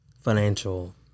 financial